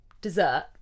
dessert